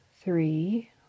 three